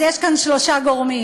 אז יש כאן שלושה גורמים: